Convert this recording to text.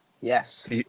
Yes